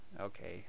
okay